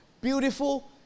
beautiful